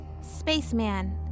Spaceman